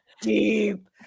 deep